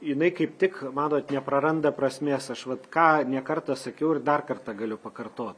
jinai kaip tik matot nepraranda prasmės aš vat ką ne kartą sakiau ir dar kartą galiu pakartot